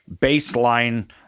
baseline